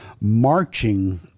marching